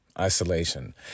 isolation